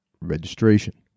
Registration